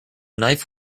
knife